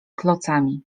klocami